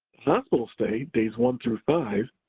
hospital stay days one through five,